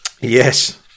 Yes